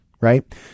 right